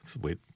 wait